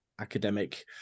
academic